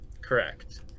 Correct